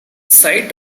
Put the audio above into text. site